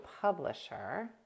publisher